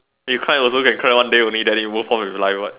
you climb also can climb one day only then it's worth off in life what